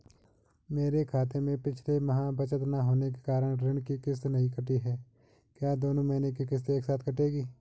मेरे खाते में पिछले माह बचत न होने के कारण ऋण की किश्त नहीं कटी है क्या दोनों महीने की किश्त एक साथ कटेगी?